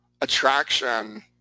Attraction